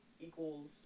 equals